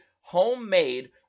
homemade